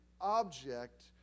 object